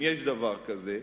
אם יש דבר כזה,